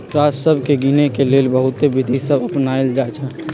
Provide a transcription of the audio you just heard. राजस्व के गिनेके लेल बहुते विधि सभ अपनाएल जाइ छइ